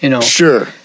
Sure